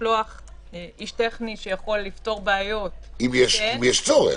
לשלוח איש טכני שיודע לפתור בעיות כן -- אם יש צורך.